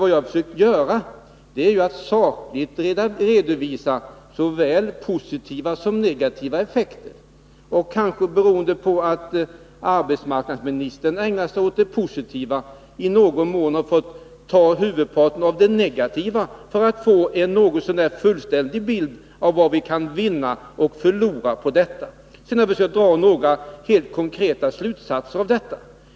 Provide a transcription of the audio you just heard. Vad jag har försökt göra är att sakligt redovisa såväl positiva som negativa effekter av devalveringen. Kanske beroende på att arbetsmarknadsministern har ägnat sig åt de positiva effekterna har jag i någon mån fått ägna merparten av det jag sagt åt de negativa effekterna, för att vi skall få en något så när fullständig bild av vad vi kan vinna eller förlora på devalveringen. Jag har sedan försökt att dra några konkreta slutsatser av detta.